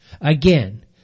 Again